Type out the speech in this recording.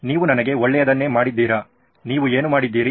ನೀವು ನನಗೆ ಒಳ್ಳೆಯದನ್ನೇ ಮಾಡಿದ್ದೀರಾ ನೀವು ಏನು ಮಾಡುತ್ತಿದ್ದೀರಿ